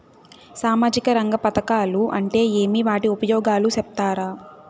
సామాజిక రంగ పథకాలు అంటే ఏమి? వాటి ఉపయోగాలు సెప్తారా?